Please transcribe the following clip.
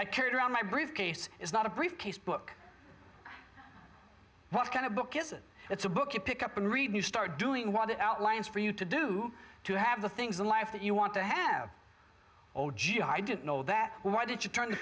carried around my briefcase is not a briefcase book what kind of book is it it's a book you pick up and read you start doing what it outlines for you to do to have the things in life that you want to have or gee i didn't know that why did you turn